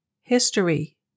History